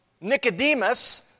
Nicodemus